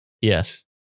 Yes